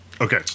Okay